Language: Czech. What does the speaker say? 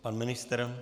Pan ministr?